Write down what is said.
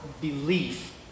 belief